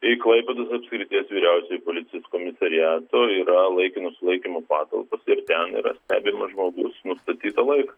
į klaipėdos apskrities vyriausiojo policijos komisariato yra laikino sulaikymo patalpos ir ten yra stebimas žmogus nustatytą laiką